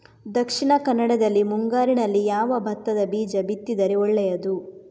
ದಕ್ಷಿಣ ಕನ್ನಡದಲ್ಲಿ ಮುಂಗಾರಿನಲ್ಲಿ ಯಾವ ಭತ್ತದ ಬೀಜ ಬಿತ್ತಿದರೆ ಒಳ್ಳೆಯದು?